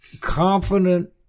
confident